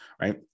right